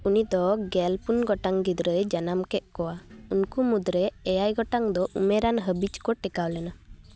ᱩᱱᱤ ᱫᱚ ᱜᱮᱞᱯᱩᱱ ᱜᱚᱴᱟᱝ ᱜᱤᱫᱽᱨᱟᱹᱭ ᱡᱟᱱᱟᱢ ᱠᱮᱫ ᱠᱚᱣᱟ ᱩᱱᱠᱩ ᱢᱩᱫᱽᱨᱮ ᱮᱭᱟᱭ ᱜᱚᱴᱟᱝ ᱫᱚ ᱩᱢᱮᱹᱨᱟᱱ ᱦᱟᱺᱵᱤᱡ ᱠᱚ ᱴᱮᱠᱟᱣ ᱞᱮᱱᱟ